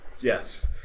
Yes